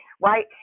right